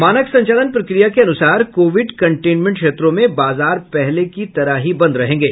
मानक संचालन प्रक्रिया के अनुसार कोविड कंटेनमेंट क्षेत्रों में बाजार पहले की ही तरह बंद रहेंगे